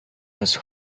was